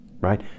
Right